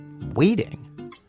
waiting